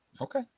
Okay